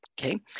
Okay